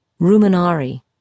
ruminari